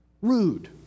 rude